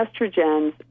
estrogens